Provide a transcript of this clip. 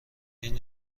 این